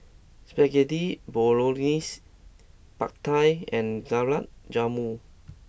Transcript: Spaghetti Bolognese Pad Thai and Gulab Jamun